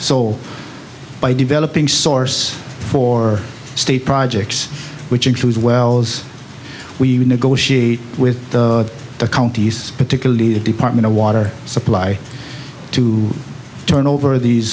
soul by developing source for state projects which include wells we negotiate with the counties particularly the department of water supply to turn over these